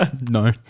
no